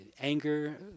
anger